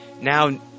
now